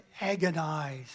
agonize